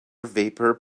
vapor